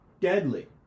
Deadly